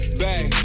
back